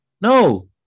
No